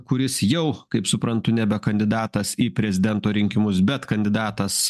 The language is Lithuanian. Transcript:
kuris jau kaip suprantu nebe kandidatas į prezidento rinkimus bet kandidatas